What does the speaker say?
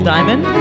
Diamond